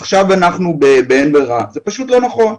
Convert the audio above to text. זה פשוט לא נכון.